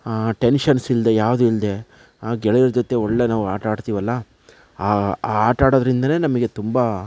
tensions ಇಲ್ಲದೆ ಯಾವುದು ಇಲ್ಲದೆ ಗೆಳೆಯರ ಜೊತೆ ಒಳ್ಳೆಯ ನಾವು ಆಟ ಆಡ್ತೀವಲ್ಲಾ ಆ ಆಟ ಆಡೋದ್ರಿಂದನೇ ನಮಗೆ ತುಂಬ